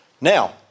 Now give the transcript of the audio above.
Now